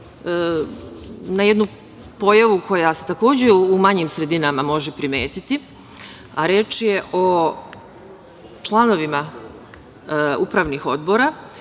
na jednu pojavu koja se takođe može u manjim sredinama primetiti, a reč je o članovima upravnih odbora